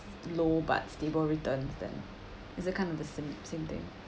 low but stable returns then it's the kind of the same same thing